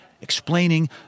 explaining